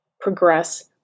progress